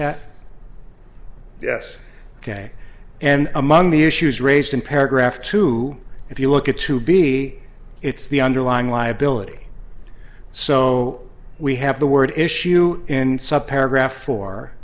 that yes ok and among the issues raised in paragraph two if you look at to be it's the underlying liability so we have the word issue in sub paragraph for